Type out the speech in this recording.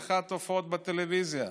21 הופעות בטלוויזיה,